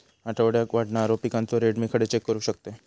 आठवड्याक वाढणारो पिकांचो रेट मी खडे चेक करू शकतय?